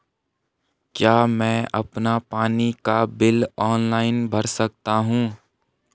क्या मैं अपना पानी का बिल ऑनलाइन भर सकता हूँ?